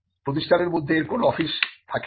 প্রতিষ্ঠানের মধ্যে এর কোন অফিস থাকে না